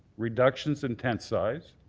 reductions in tent size,